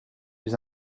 plus